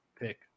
pick